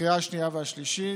לקריאה השנייה והשלישית.